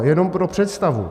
Jenom pro představu.